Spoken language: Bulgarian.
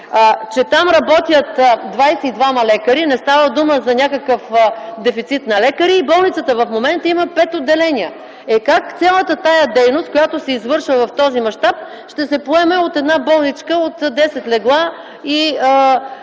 че там работят 22 лекари и не става дума за някакъв дефицит на лекари. Болницата в момента има пет отделения. Е, как цялата тази дейност, която се извършва в този мащаб, ще се поеме от една болничка от 10 легла и